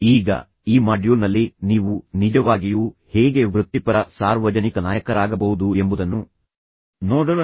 ಈಗ ಈ ಮಾಡ್ಯೂಲ್ನಲ್ಲಿ ನೀವು ನಿಜವಾಗಿಯೂ ಹೇಗೆ ವೃತ್ತಿಪರ ಸಾರ್ವಜನಿಕ ನಾಯಕರಾಗಬಹುದು ಎಂಬುದನ್ನು ನೋಡೋಣ